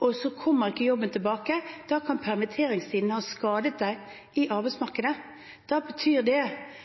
og jobben ikke kommer tilbake, kan permitteringstiden ha skadet dem i arbeidsmarkedet. Da betyr det